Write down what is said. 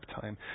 time